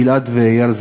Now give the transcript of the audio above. גיל-עד ואיל,